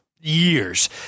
years